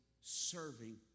serving